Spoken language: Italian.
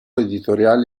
editoriale